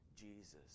Jesus